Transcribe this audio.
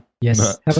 Yes